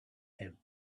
him